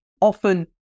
often